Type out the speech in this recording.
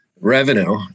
revenue